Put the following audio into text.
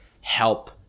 help